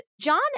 John